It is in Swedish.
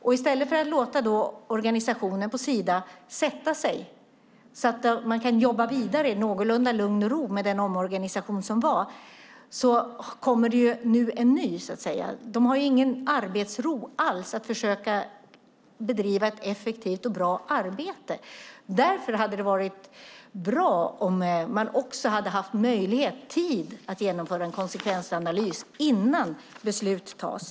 I stället för att låta organisationen på Sida sätta sig så att de kan jobba vidare i någorlunda lugn och ro med den omorganisation som var kommer det nu en ny, så att säga. De har ingen arbetsro alls när det gäller att försöka bedriva ett effektivt och bra arbete. Därför hade det varit bra om man också hade haft möjlighet och tid att genomföra en konsekvensanalys innan beslut tas.